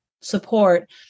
support